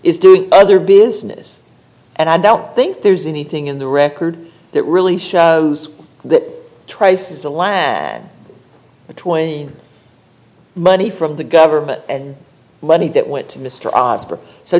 is doing other business and i don't think there's anything in the record that really shows that traces the land between money from the government money that went to mr osbourne so